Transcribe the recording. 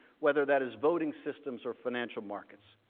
whether that is voting systems or financial markets.